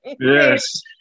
Yes